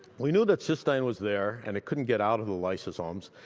we knew that cystine was there and it couldn't get out of the lysosomes,